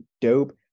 dope